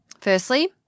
firstly –